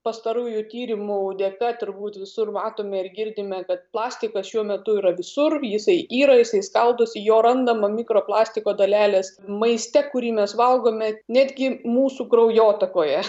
pastarųjų tyrimų dėka turbūt visur matome ir girdime kad plastikas šiuo metu yra visur jisai yra jisai skaldosi jo randama mikro plastiko dalelės maiste kurį mes valgome netgi mūsų kraujotakoje